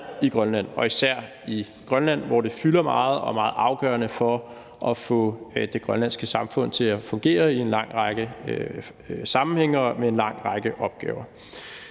i Grønland – og især i Grønland, hvor det fylder meget og er meget afgørende for at få det grønlandske samfund til at fungere i en lang række sammenhænge og med en lang række opgaver.